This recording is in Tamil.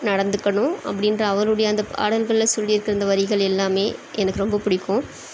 நடந்துக்கணும் அப்படின்ற அவருடைய அந்த பாடல்களில் சொல்லியிருக்க இந்த வரிகள் எல்லாமே எனக்கு ரொம்ப பிடிக்கும்